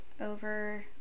over